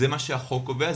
זה מה שהחוק קובע,